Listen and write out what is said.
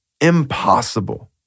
impossible